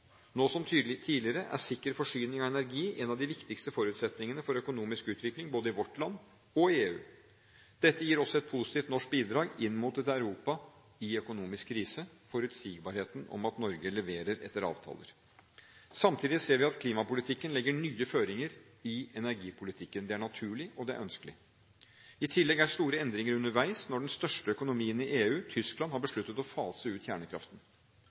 Nå, som tidligere, er sikker forsyning av energi en av de viktigste forutsetningene for økonomisk utvikling, både i vårt land og i EU. Dette gir også et positivt norsk bidrag inn mot et Europa i økonomisk krise – forutsigbarheten om at Norge leverer etter avtaler. Samtidig ser vi at klimapolitikken legger nye føringer for energipolitikken. Det er naturlig, og det er ønskelig. I tillegg er store endringer undervis når den største økonomien i EU, Tyskland, har besluttet å fase ut kjernekraften.